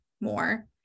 more